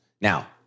Now